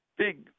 Big